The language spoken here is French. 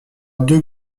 deux